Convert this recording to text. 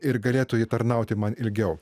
ir galėtų jie tarnauti man ilgiau